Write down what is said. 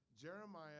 Jeremiah